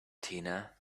tina